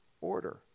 order